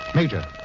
Major